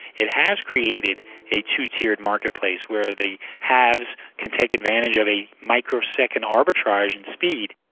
it has created a two-tiered marketplace, where the haves can take advantage of a microsecond arbitrage and speed.